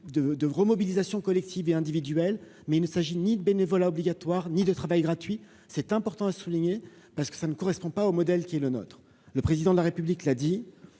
de remobilisation collective et individuelle, mais il ne s'agit ni de bénévolat obligatoire ni de travail gratuit c'est important à souligner parce que ça ne correspond pas au modèle qui est le nôtre, le président de la République l'a dit,